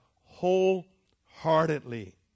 wholeheartedly